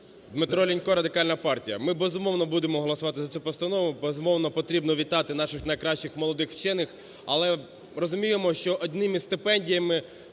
ДмитроЛінько, Радикальна партія. Ми, безумовно, будемо голосувати за цю постанову, безумовно, потрібно вітати наших найкращих молодих вчених. Але розуміємо, що одними стипендіями